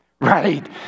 right